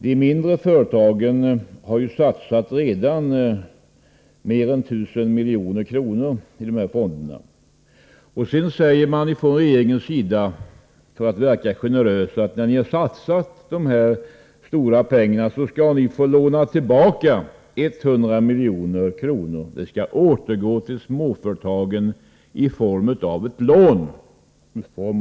De mindre företagen har ju redan satsat mer än 1 000 milj.kr. i dessa fonder. Sedan säger man från regeringens sida, för att verka generös, att när man har satsat dessa stora pengar skall företagen få låna tillbaka 100 milj.kr. — det skall återgå till småföretagen i form av ett lån.